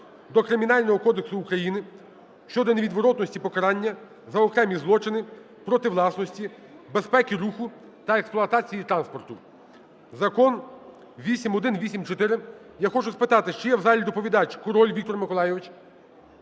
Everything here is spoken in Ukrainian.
до Кримінального кодексу України щодо невідворотності покарання за окремі злочини проти власності, безпеки руху та експлуатації транспорту. Закон 8184. Я хочу спитати, чи є в залі доповідач Король Віктор Миколайович?